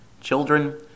Children